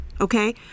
okay